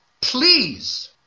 please